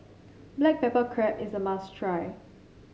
Black Pepper Crab is a must try